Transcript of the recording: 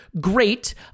great